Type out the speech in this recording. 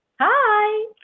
Hi